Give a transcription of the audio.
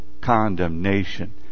condemnation